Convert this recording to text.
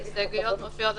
ההסתייגויות מופיעות